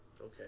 Okay